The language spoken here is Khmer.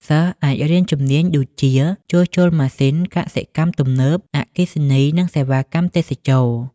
សិស្សអាចរៀនជំនាញដូចជា ជួសជុលម៉ាស៊ីន កសិកម្មទំនើប អគ្គិសនី និងសេវាកម្មទេសចរណ៍។